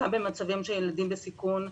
גם במצבים של ילדים בסיכון,